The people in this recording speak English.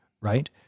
Right